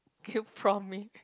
came from me